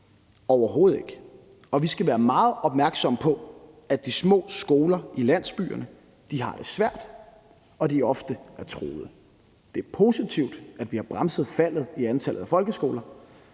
overhovedet ikke. Vi skal være meget opmærksomme på, at de små skoler i landsbyerne har det svært, og at de ofte er truede. Det er positivt, at vi har bremset faldet i antallet af folkeskoler,